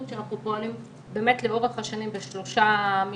שאנחנו פועלים לאורך השנים בשלושה מישורים.